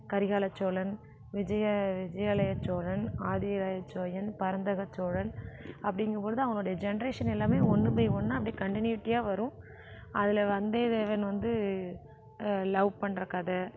கரிகால சோழன் விஜய விஜயாலய சோழன் ஆதிராய சோயன் பறந்தக சோழன் அப்படிங்கும் பொழுது அவனுடைய ஜென்ரேஷன் எல்லாமே ஒன்று பை ஒன்னாக அப்படியே கண்டினிவிட்டியாக வரும் அதில் வந்தே தேவன் வந்து லவ் பண்ணுற கதை